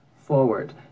forward